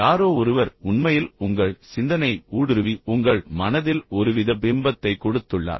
யாரோ ஒருவர் உண்மையில் உங்கள் சிந்தனையை ஊடுருவி உங்கள் மனதில் ஒருவித பிம்பத்தை கொடுத்துள்ளார்